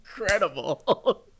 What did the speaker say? incredible